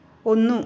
ഒന്ന്